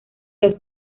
los